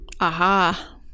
Aha